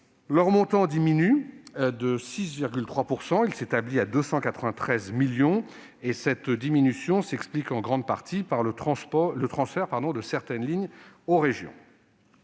Leur montant diminue de 6,3 %, pour s'établir à 293 millions d'euros, ce qui s'explique en grande partie par le transfert de certaines de ces lignes aux régions.